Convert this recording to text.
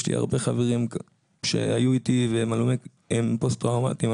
יש לי הרבה חברים שהיו איתי והם פוסט טראומטיים,